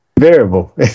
Variable